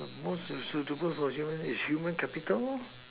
the most useful to most useful one is human capital lor